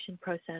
process